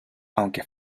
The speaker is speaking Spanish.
aunque